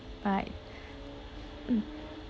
right mm